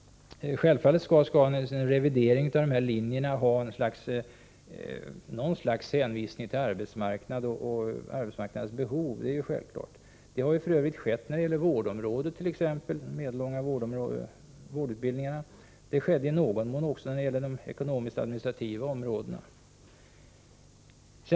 Självfallet skall en revidering av dessa linjer göras med något slags hänvisning till arbetsmarknaden och dess behov. Det har f. ö. skett exempelvis när det gällde de medellånga vårdutbildningarna. Det skedde också i någon mån när det gällde de ekonomiskt-administrativa områdena.